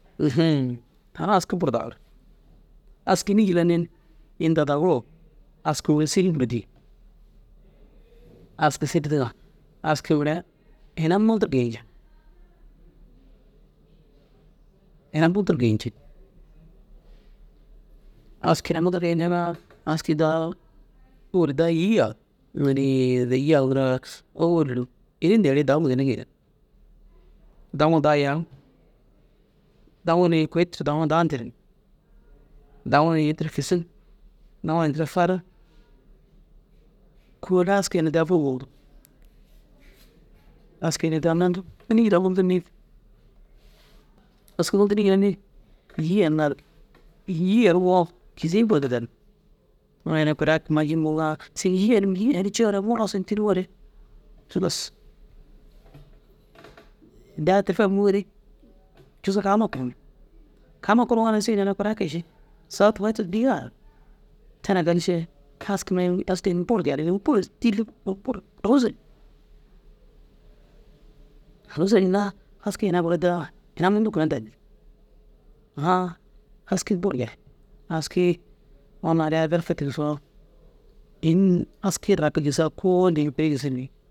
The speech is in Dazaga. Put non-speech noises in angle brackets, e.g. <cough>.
<laughs> tan bur aski dagir aski înni jillar ni ini daa daguruu askuu sigin bêdiyi aski sir diiŋa aski mire ina muntu geeyi nceŋ ina muntur geeyi nceŋ aski ina muntu ru geeyi nceŋaa aski daa ôwel dir daa îyi yaag <hesitation> owel dir ini noore dagima ginna geeyin. Daaŋoo daa yaŋ daaŋoo ni kôyi tira daa nerig daaŋoo ini tira kisig daaŋoo ini tira fariŋ kôoli aski ini daa <unintelligible> aski ini daa nandig ini jillar mundu ru daa niig. Askumu diri ginna nii îyi yeniŋoo gizii bur didin. Mire ina kura majin mugura ciin îyi îyi yen ciiru mugula sun tiniŋoore <hesitation> daa tirfi mûure cuzun kama kurii. Kama kuriŋoore sigin ina kûura kege ši saga tuway digi ara tena gali še aski aski ini bur gali ini bur dili ini bur rôzire rôzire hinnaa aski ina gura daa ina mundu gora danni <hesitation> aski bur gal askii unnu hali ar berke tigisoo in aski raki gesiga kôoli ini kuri gisinni